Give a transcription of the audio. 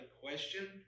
question